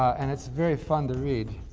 and it's very fun to read.